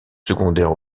secondaires